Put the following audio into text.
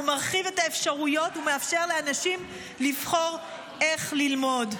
הוא מרחיב את האפשרויות ומאפשר לאנשים לבחור איך ללמוד.